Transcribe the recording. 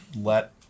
let